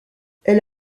elle